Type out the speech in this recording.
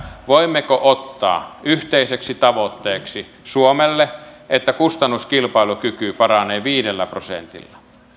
voimmeko ottaa yhteiseksi tavoitteeksi suomelle että kustannuskilpailukyky paranee viidellä prosentilla